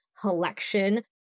collection